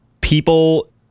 people